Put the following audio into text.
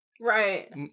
Right